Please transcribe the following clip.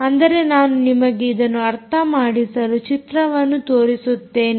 ಅಂದರೆ ನಾನು ನಿಮಗೆ ಇದನ್ನು ಅರ್ಥ ಮಾಡಿಸಲು ಚಿತ್ರವನ್ನು ತೋರಿಸುತ್ತೇನೆ